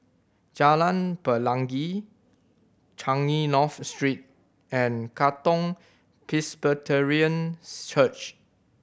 Jalan Pelangi Changi North Street and Katong Presbyterian's Church